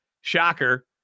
shocker